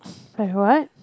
like what